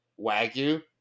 Wagyu